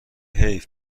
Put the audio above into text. حیف